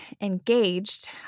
engaged